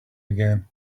again